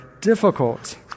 difficult